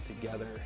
together